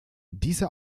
diese